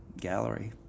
gallery